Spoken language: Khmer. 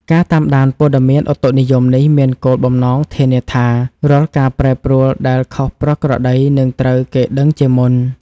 ការតាមដានព័ត៌មានឧតុនិយមនេះមានគោលបំណងធានាថា រាល់ការប្រែប្រួលដែលខុសប្រក្រតីនឹងត្រូវគេដឹងជាមុន។